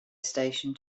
station